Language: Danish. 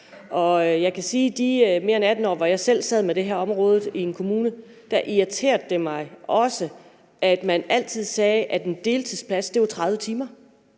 Jeg kan sige, at i de mere end 18 år, hvor jeg selv sad med det her område i en kommune, irriterede det mig også, at man altid sagde, at en deltidsplads var 30 timer.